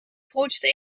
grootste